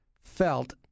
felt